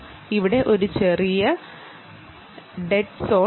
ഇവിടെ ഒരു ചെറിയ ഡെഡ് സോൺ ഉണ്ട്